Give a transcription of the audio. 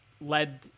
led